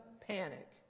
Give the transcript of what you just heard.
panic